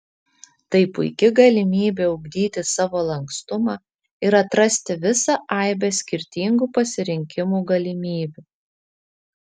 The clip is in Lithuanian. tai puiki galimybė ugdyti savo lankstumą ir atrasti visą aibę skirtingų pasirinkimų galimybių